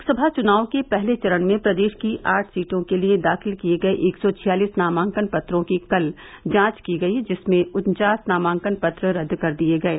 लोकसभा चुनाव के पहले चरण में प्रदेश की आठ सीटों के लिए दाखिल किये गये एक सौ छियालिस नामांकन पत्रों की कल जांच की गयी जिसमें उन्चास नामांकन पत्र रद्द कर दिये गये